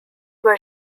were